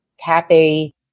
happy